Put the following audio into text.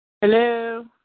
Hello